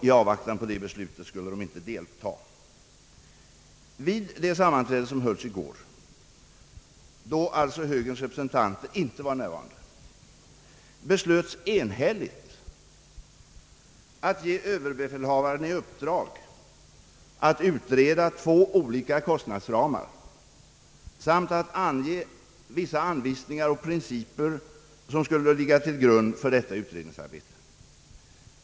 I avvaktan på beslutet skulle de inte delta i utredningen. Vid det sammanträde som hölls i går — då alltså högerns representanter inte var närvarande — beslöts enhälligt att ge överbefälhavaren i uppdrag att utreda två olika kostnadsramar samt att ge vissa anvisningar och principer som skulle ligga till grund för detta utredningsarbete.